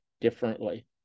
differently